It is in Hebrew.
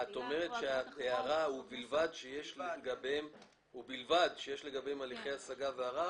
את אומרת שההערה "ובלבד שיש לגביהם הליכי השגה וערר",